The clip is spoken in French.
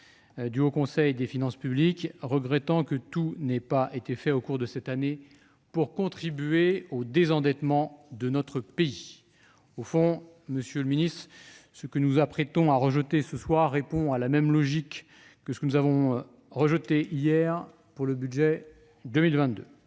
du Haut Conseil des finances publiques, qui regrette que le maximum n'ait pas été fait au cours de cette année pour contribuer au désendettement de notre pays. Au fond, monsieur le ministre, le texte que nous nous apprêtons à rejeter ce soir répond à la même logique que le texte que nous avons rejeté hier dans le cadre de